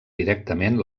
directament